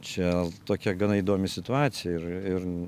čia tokia gana įdomi situacija ir ir